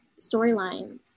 storylines